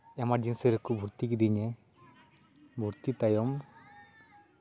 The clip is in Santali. ᱤᱢᱟᱨᱡᱮᱱᱥᱤ ᱨᱮᱠᱚ ᱵᱷᱩᱨᱛᱤ ᱠᱤᱫᱤᱧᱟ ᱵᱷᱩᱨᱛᱤ ᱛᱟᱭᱚᱢ